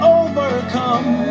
overcome